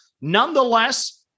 Nonetheless